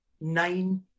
nine